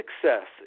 success